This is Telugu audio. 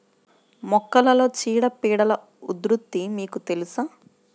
మొక్కలలో చీడపీడల ఉధృతి మీకు తెలుసా?